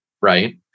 right